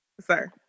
sir